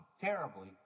terribly